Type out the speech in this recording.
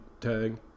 tag